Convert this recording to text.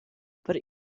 per